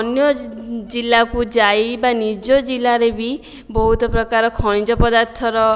ଅନ୍ୟ ଜିଲ୍ଲାକୁ ଯାଇ ବା ନିଜ ଜିଲ୍ଲାରେ ବି ବହୁତ ପ୍ରକାରର ଖଣିଜ ପଦାର୍ଥର